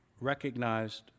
recognized